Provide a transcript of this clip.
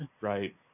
right